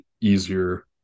easier